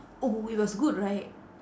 oh it was good right